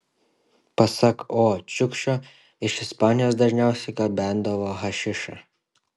pasak o čiukšio iš ispanijos dažniausiai gabendavo hašišą